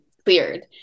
cleared